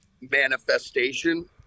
manifestation